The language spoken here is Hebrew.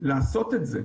לעשות את זה.